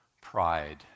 pride